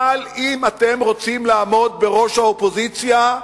אבל אם אתם רוצים לעמוד בראש האופוזיציה,